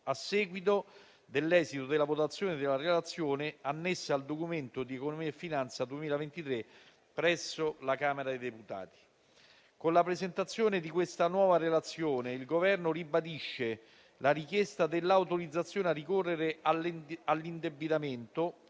a seguito dell'esito della votazione della Relazione annessa al Documento di economia e finanza 2023 presso la Camera dei deputati. Con la presentazione di questa nuova Relazione il Governo ribadisce la richiesta dell'autorizzazione a ricorrere all'indebitamento,